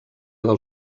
del